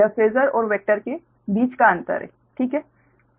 यह फेसर और वेक्टर के बीच का अंतर है ठीक है